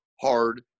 hard